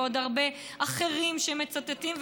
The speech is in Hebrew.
ועוד הרבה אחרים שמצטטים,